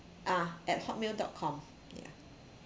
ah at hotmail dot com yeah